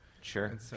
Sure